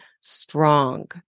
strong